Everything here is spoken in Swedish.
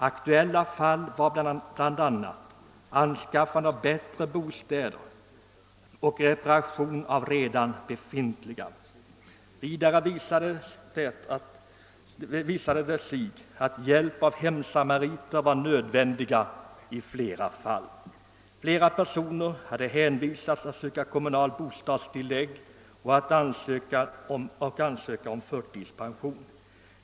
Aktuella åtgärder var bl.a. anskaffande av bättre bostäder och reparation av redan befintliga. Vidare visade det sig att hjälp av hemsamariter var nödvändig i flera fall. Flera personer hade hänvisats till att söka kommunalt bostadstillägg och ansöka om förtidspension.